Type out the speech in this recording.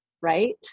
Right